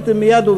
הייתם מייד,